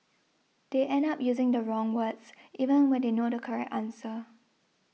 they end up using the wrong words even when they know the correct answer